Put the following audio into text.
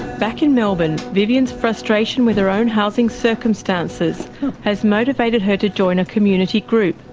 back in melbourne, vivienne's frustration with her own housing circumstances has motivated her to join a community group.